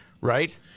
right